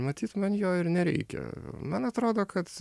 matyt man jo ir nereikia man atrodo kad